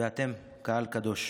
ואתם, קהל קדוש,